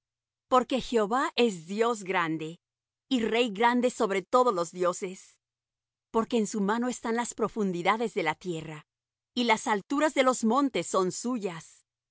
porque jehová es dios grande y rey grande sobre todos los dioses porque en su mano están las profundidades de la tierra y las alturas de los montes son suyas